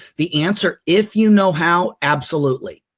the answer if you know how, absolutely.